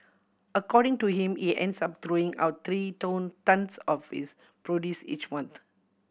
according to him he ends up throwing out three tonnes of his produce each month